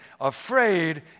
afraid